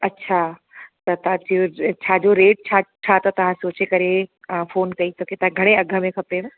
अच्छा त तव्हांजी जे छा जो रेट छा छा त तव्हां सोचे करे तव्हां फ़ोन कई अथव त घणे अघि में खपेव